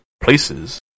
Places